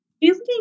Building